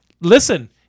listen